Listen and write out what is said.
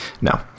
No